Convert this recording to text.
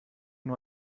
nur